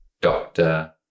Doctor